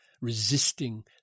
resisting